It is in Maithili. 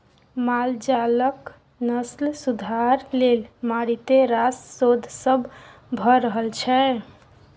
माल जालक नस्ल सुधार लेल मारिते रास शोध सब भ रहल छै